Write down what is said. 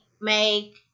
make